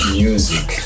music